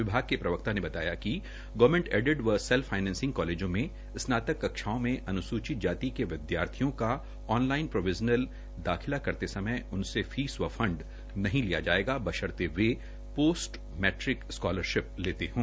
विभाग के प्रवक्ता ने बताया कि गवर्नमैंट एडिड व सप्तफ फाइनेंसिंग कालेजों में स्नातक कक्षाओं में अन्सूचित जाति के विद्यार्थियों का ऑनलाइन प्रोविजनल दाखिला करते समय उनसे फीस व फंड नहीं लिया जाएगा बशर्ते वे पोस्ट मप्ट्रिक स्कोलरशिप लेते हों